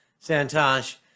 santosh